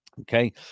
Okay